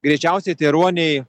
greičiausiai tie ruoniai